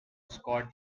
scott